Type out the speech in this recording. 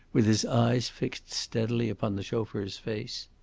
with his eyes fixed steadily upon the chauffeur's face.